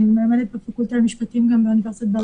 אני מלמדת גם בפקולטה למשפטים באוניברסיטת בר